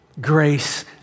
grace